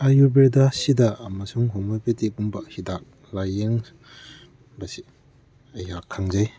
ꯑꯌꯨꯔꯕꯦꯗꯥꯁꯤꯗ ꯑꯃꯁꯨꯡ ꯍꯣꯃꯤꯌꯣꯄꯦꯇꯤꯛꯀꯨꯝꯕ ꯍꯤꯗꯥꯛ ꯂꯥꯌꯦꯡ ꯕꯁꯤ ꯑꯩꯍꯥꯛ ꯈꯪꯖꯩ